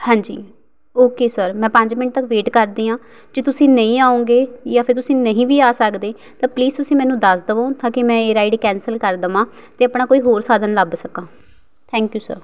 ਹਾਂਜੀ okay sir ਮੈਂ ਪੰਜ ਮਿੰਟ ਤੱਕ ਵੇਟ ਕਰਦੀ ਹਾਂ ਜੇ ਤੁਸੀਂ ਨਹੀਂ ਆਉਂਗੇ ਜਾਂ ਫਿਰ ਤੁਸੀਂ ਨਹੀਂ ਵੀ ਆ ਸਕਦੇ ਤਾਂ ਪਲੀਜ਼ ਤੁਸੀਂ ਮੈਨੂੰ ਦੱਸ ਦੇਵੋ ਤਾਂ ਕਿ ਮੈਂ ਇਹ ਰਾਈਡ ਕੈਂਸਲ ਕਰ ਦੇਵਾਂ ਅਤੇ ਆਪਣਾ ਕੋਈ ਹੋਰ ਸਾਧਨ ਲੱਭ ਸਕਾਂ ਥੈੱਕ ਯੂ ਸਰ